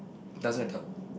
it doesn't matter